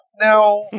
Now